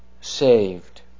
saved